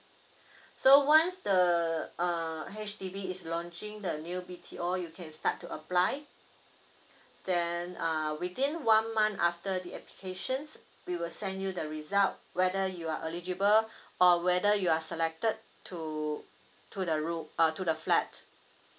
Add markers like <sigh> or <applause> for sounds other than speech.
<breath> so once the uh H_D_B is launching the new B_T_O you can start to apply then uh within one month after the applications we will send you the result whether you are eligible <breath> or whether you are selected to to the room uh to the flat